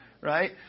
right